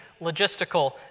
logistical